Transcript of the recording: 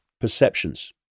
perceptions